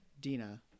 Dina